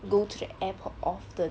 go to the airport often